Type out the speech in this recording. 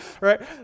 Right